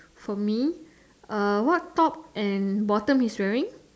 for me uh what top and bottom he's wearing